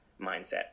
mindset